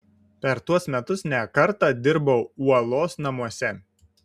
per tuos metus ne kartą dirbau uolos namuose